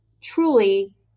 truly